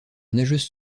nageuse